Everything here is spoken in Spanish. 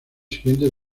siguientes